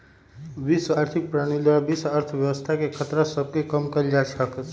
वैश्विक आर्थिक प्रणाली द्वारा वैश्विक अर्थव्यवस्था के खतरा सभके कम कएल जा सकइ छइ